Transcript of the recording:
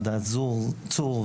צור,